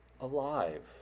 alive